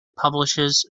publishes